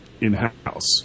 in-house